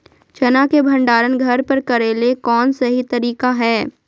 चना के भंडारण घर पर करेले कौन सही तरीका है?